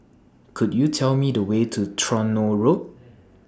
Could YOU Tell Me The Way to Tronoh Road